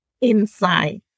inside